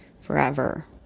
forever